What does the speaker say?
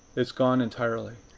it's gone entirely,